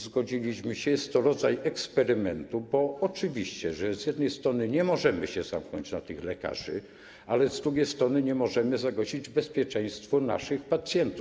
Zgodziliśmy się - jest to rodzaj eksperymentu, bo oczywiście z jednej strony nie możemy się zamknąć na tych lekarzy, ale z drugiej strony nie możemy zagrozić bezpieczeństwu naszych pacjentów.